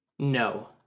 No